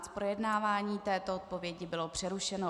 Projednávání této odpovědi bylo přerušeno.